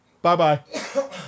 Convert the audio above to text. Bye-bye